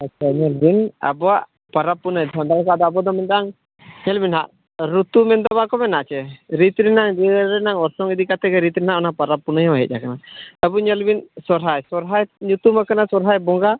ᱟᱪᱪᱷᱟ ᱧᱮᱞᱵᱤᱱ ᱟᱵᱚᱣᱟᱜ ᱯᱟᱨᱟᱵᱽ ᱯᱩᱱᱟᱹᱭ ᱡᱟᱦᱟᱸ ᱞᱮᱠᱟ ᱟᱵᱚ ᱫᱚᱵᱚᱱ ᱢᱮᱱᱫᱟ ᱢᱤᱫᱴᱟᱝ ᱧᱮᱞᱵᱤᱱ ᱱᱟᱜ ᱨᱩᱛᱩ ᱢᱮᱱᱛᱮ ᱵᱟᱠᱚ ᱢᱮᱱᱟ ᱪᱮ ᱨᱤᱛ ᱨᱮᱱᱟᱜ ᱡᱤᱭᱟᱹᱲ ᱨᱮᱱᱟᱜ ᱚᱨᱥᱚᱝ ᱤᱫᱤ ᱠᱟᱛᱮᱜᱮ ᱨᱤᱛ ᱨᱮᱱᱟᱜ ᱚᱱᱟ ᱯᱟᱨᱟᱵᱽ ᱯᱩᱱᱟᱹᱭ ᱦᱚᱸ ᱦᱮᱡ ᱟᱠᱟᱱᱟ ᱟᱵᱚ ᱧᱮᱞᱵᱤᱱ ᱥᱚᱨᱦᱟᱭ ᱥᱚᱨᱦᱟᱭ ᱧᱩᱛᱩᱢᱟᱠᱟᱱᱟ ᱥᱚᱨᱦᱟᱭ ᱵᱚᱸᱜᱟ